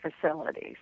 facilities